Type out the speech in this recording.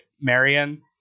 Marion